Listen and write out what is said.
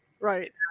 Right